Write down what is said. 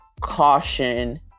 caution